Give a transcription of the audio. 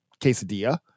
quesadilla